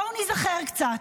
בואו ניזכר קצת: